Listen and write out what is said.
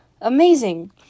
Amazing